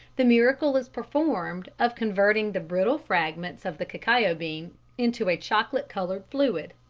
the miracle is performed of converting the brittle fragments of the cacao bean into a chocolate-coloured fluid.